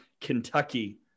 Kentucky